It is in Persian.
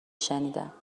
شنیدم